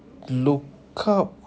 look up